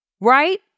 right